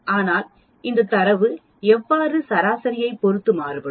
ஆனால் இந்த தரவு எவ்வாறு சராசரியைப் பொறுத்து மாறுபடும்